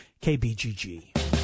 KBGG